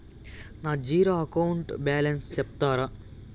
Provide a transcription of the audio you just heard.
నా zero account balance సెప్తారా?